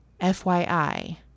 FYI